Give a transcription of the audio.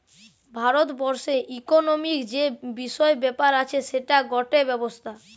ভারত বর্ষের ইকোনোমিক্ যে বিষয় ব্যাপার আছে সেটার গটে ব্যবস্থা